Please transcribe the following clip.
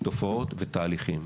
תופעות ותהליכים.